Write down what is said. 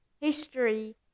history